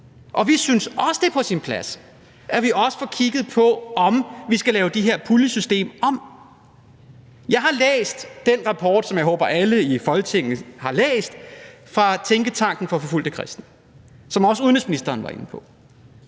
Og vi synes også, det er på sin plads, at man også får kigget på, om man skal lave det her puljesystem om. Jeg har læst den rapport, som jeg håber alle i Folketinget har læst, fra Tænketanken for Forfulgte Kristne, som også udenrigsministeren var inde på.